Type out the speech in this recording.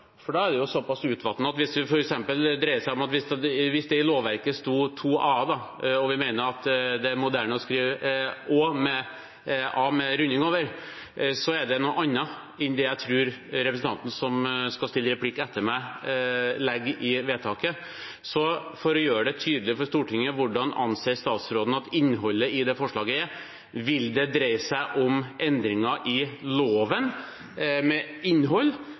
Da er det såpass utvannet – som hvis det i lovverket f.eks. stod to a-er og vi mener at det er moderne å skrive å som en a med runding over – at det er noe annet enn det jeg tror representanten som skal ha replikk etter meg, legger i vedtaket. Så for å gjøre det tydelig for Stortinget: Hvordan anser statsråden at innholdet i det forslaget er? Vil det dreie seg om endringer i loven, med innhold,